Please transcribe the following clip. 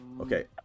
Okay